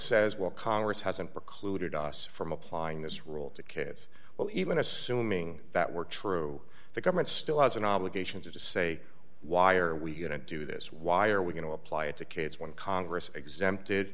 says well congress hasn't precluded us from applying this rule to kids well even assuming that were true the government still has an obligation to say why are we going to do this why are we going to apply it to kids when congress exempted